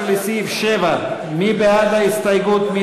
17 לסעיף 7, מי בעד ההסתייגות?